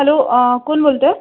hello कोण बोलत आहे